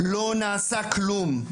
לא נעשה כלום,